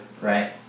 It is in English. right